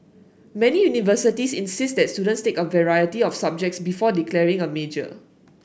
many universities insist that students take a variety of subjects before declaring a major